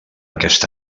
aquest